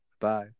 Bye